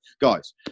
guys